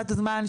ביוזמה שלו,